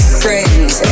friends